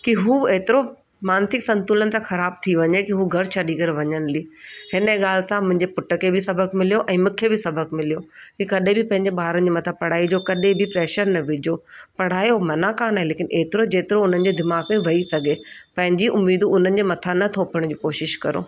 की हू एतिरो मानसिक संतुलन त ख़राबु थी वञे की हू घर छॾे करे वञनि हली हिन ॻाल्हि सां मुंहिंजे पुट खे बि सबक मिल्यो ऐं मूंखे बि सबक मिल्यो की कॾहिं बि पंहिंजे ॿारनि जे मथां पढ़ाईअ जो कॾहिं बि प्रेशर न विझो पढ़ायो मना कान आहे लेकिन एतिरो जेतिरो उन्हनि जे दिमाग़ में वेई सघे पंहिंजीं उम्मीदूं उन्हनि जे मथां न थोपण जी कोशिश करो